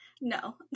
No